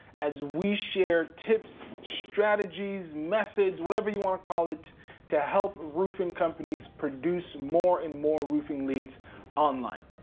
as we share tips, strategies, methods, whatever you wanna call it to help roofing companies produce more and more roofing leads online.